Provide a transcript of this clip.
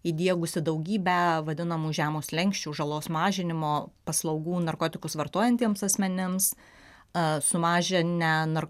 įdiegusi daugybę vadinamų žemo slenksčio žalos mažinimo paslaugų narkotikus vartojantiems asmenims sumažinę nar